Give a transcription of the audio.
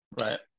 Right